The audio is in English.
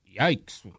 Yikes